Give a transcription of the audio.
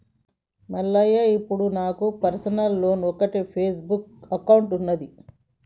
మల్లయ్య ఇప్పుడు నాకు పర్సనల్గా ఒక ఫేస్బుక్ అకౌంట్ ఉన్నది